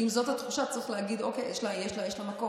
כי אם זאת התחושה, צריך להגיד: אוקיי, יש לה מקום.